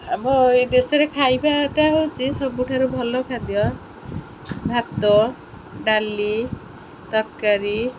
ଆମ ଏହି ଦେଶରେ ଖାଇବାଟା ହେଉଛି ସବୁଠାରୁ ଭଲ ଖାଦ୍ୟ ଭାତ ଡାଲି ତରକାରୀ